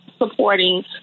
Supporting